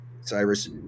Cyrus